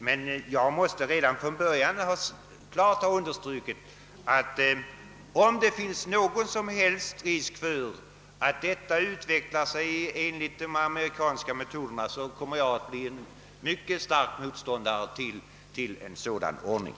Jag vill emellertid redan från början klart ha understrukit, att i den mån det finns någon som helst risk för att ett sådant här system utvecklar sig enligt de amerikanska metoderna, så kommer jag att bli en mycket stark motståndare till en sådan ordning.